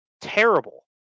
terrible